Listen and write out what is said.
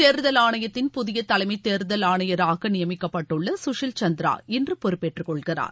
தேர்தல் ஆணையத்தின் புதிய தலைமைதேர்தல் ஆணையராக நியமிக்கப்பட்டுள்ள சுஷில் சந்திரா இன்று பொறுப்பேற்றுக்கொள்கிறார்